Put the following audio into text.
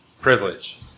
privilege